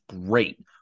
great